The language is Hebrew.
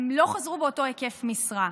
הם לא חזרו באותו היקף משרה.